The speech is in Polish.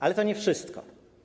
Ale to nie wszystko.